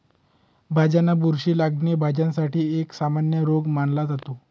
भाज्यांना बुरशी लागणे, भाज्यांसाठी एक सामान्य रोग मानला जातो